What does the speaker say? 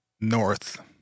north